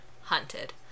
Hunted